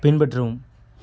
பின்பற்றவும்